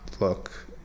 look